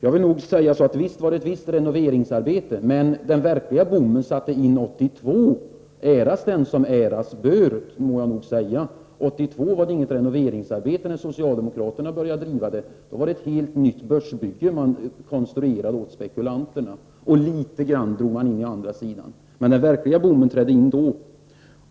Jag vill säga att det var ett visst renoveringsarbete, men den verkliga boomen satte in 1982. Äras den som äras bör, må jag nog säga. 1982 var det inget renoveringsarbete, utan det var ett helt nytt börsbygge man konstruerade åt spekulanterna. Litet grand drog man in å andra sidan, men den verkliga boomen trädde in då.